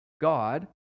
God